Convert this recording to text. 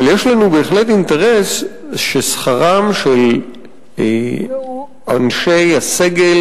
אבל יש לנו בהחלט אינטרס ששכרם של אנשי הסגל